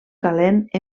calent